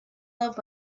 love